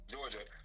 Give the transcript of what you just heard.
Georgia